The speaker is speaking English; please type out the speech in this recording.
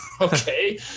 Okay